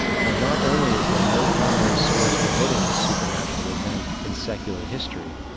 for not only is there no primary source denoting this supernatural event in secular history,